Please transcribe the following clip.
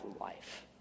life